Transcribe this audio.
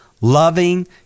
loving